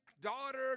Daughter